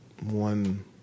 one